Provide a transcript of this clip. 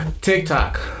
TikTok